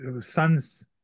sons